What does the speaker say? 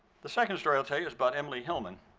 the second story i'll tell you is about emily hillman.